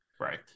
right